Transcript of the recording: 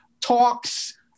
talks